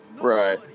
Right